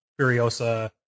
Furiosa